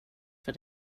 för